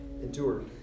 endured